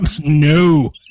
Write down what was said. no